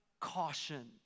caution